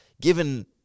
given